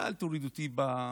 אתה, אל תוריד אותי בדקה.